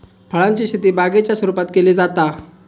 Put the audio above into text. फळांची शेती बागेच्या स्वरुपात केली जाता